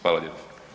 Hvala lijepo.